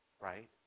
right